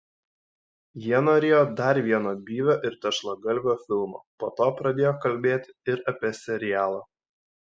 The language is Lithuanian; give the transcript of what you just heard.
jie norėjo dar vieno byvio ir tešlagalvio filmo po to pradėjo kalbėti ir apie serialą